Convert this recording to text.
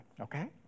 okay